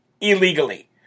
illegally